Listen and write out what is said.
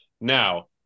Now